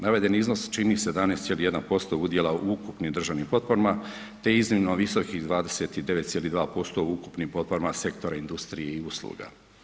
Navedeni iznos čini 17,1% udjela u ukupnim državnim potporama te iznimno visokih 29,2% u ukupnim potporama sektora industrije i usluga.